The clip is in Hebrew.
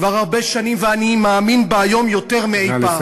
כבר הרבה שנים, ואני מאמין בה היום יותר מאי-פעם: